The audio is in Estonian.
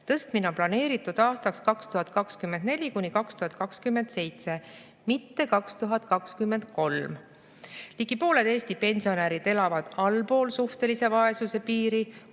Tõstmine on planeeritud aastatele 2024–2027, mitte 2023. Ligi pooled Eesti pensionärid elavad allpool suhtelise vaesuse piiri,